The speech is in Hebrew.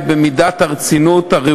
בבקשה.